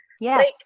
yes